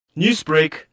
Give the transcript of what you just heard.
Newsbreak